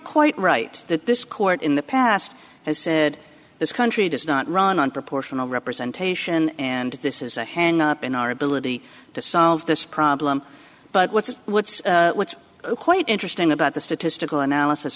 quite right that this court in the past has said this country does not run on proportional representation and this is a hang up in our ability to solve this problem but what's what's what's quite interesting about the statistical analysis